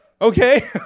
Okay